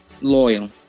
Loyal